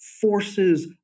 forces